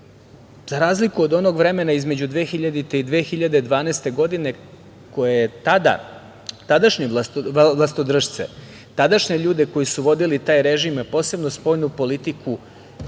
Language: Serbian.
Za razliku od onog vremena između 2000. i 2012. godine, kada su tadašnji vlastodršci, tadašnji ljudi koji su vodili taj režim, a posebno spoljnu politiku,